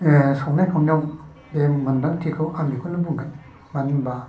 संनाय खावनायाव एम मोनदांथिखौ आं बेखौनो बुंगोन मानो होमब्ला